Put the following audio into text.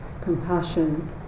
compassion